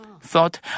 thought